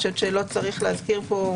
לא צריך להזכיר פה,